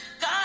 God